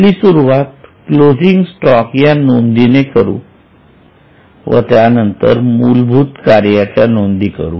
आपली सुरवात closing stock या नोंदीने करू व त्यानंतर मूलभूत कार्याच्या नोंदी करू